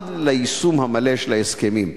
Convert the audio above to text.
עד ליישום המלא של ההסכמים?